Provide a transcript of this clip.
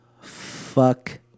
Fuck